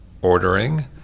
ordering